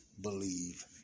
believe